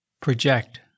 project